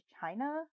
China